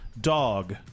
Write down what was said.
dog